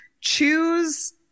choose